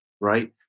right